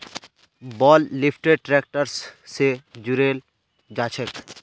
बेल lifter tractor स जुड़े जाछेक